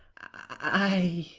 i